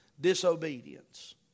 disobedience